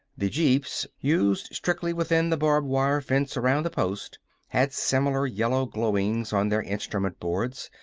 the jeeps used strictly within the barbed-wire fence around the post had similar yellow glowings on their instrument-boards,